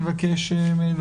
נבקש אחרי